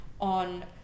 on